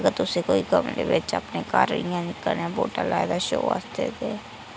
अगर तुसें कोई गमले बिच्च अपने घर इ'यै निक्का नेहा बूहटा लाए दा शो आस्तै ते